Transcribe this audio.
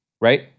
right